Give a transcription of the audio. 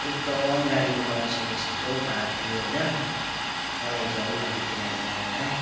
एकदम गाडीको कन्डिसन यस्तो खराब थियो होइन मलाई झ्याउ लाग्यो त्यो गाडीमा होइन